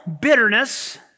bitterness